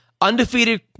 undefeated